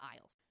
aisles